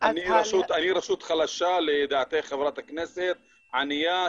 אני רשות חלשה, לידיעתך, חברת הכנסת, ענייה.